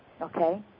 Okay